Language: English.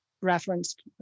referenced